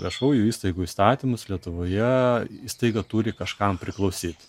viešųjų įstaigų įstatymus lietuvoje įstaiga turi kažkam priklausyt